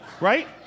Right